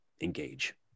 Engage